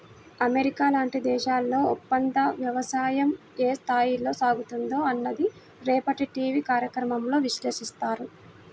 America లాంటి దేశాల్లో ఒప్పందవ్యవసాయం ఏ స్థాయిలో సాగుతుందో అన్నది రేపటి టీవీ కార్యక్రమంలో విశ్లేషిస్తారు